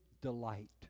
delight